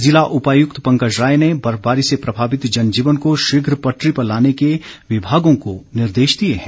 ज़िला उपायुक्त पंकज रॉय ने बर्फबारी से प्रभावित जनजीवन को शीघ्र पटरी पर लाने के विभागों को निर्देश दिए हैं